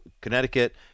Connecticut